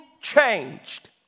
changed